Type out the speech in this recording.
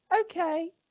Okay